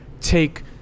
take